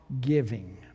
giving